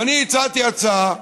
ואני הצעתי הצעה.